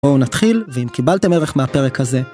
בואו נתחיל, ואם קיבלתם ערך מהפרק הזה...